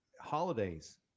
holidays